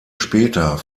später